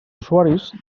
usuaris